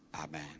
Amen